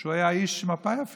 שהוא היה איש מפא"י אפילו,